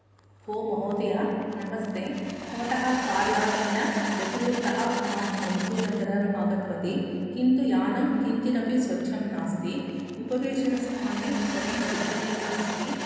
भो महोदय नमस्ते भवतः कार् यानेन बेंगलूर्तः अहं मैसूर् नगरं आगतवती किन्तु यानं किञ्चिदपि स्वच्छं नास्ति उपवेशनस्थाने सर्वं छिद्रमेव अस्ति